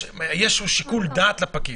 יש שיקול דעת לפקיד.